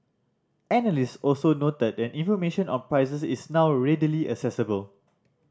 analyst also noted that information on prices is now readily accessible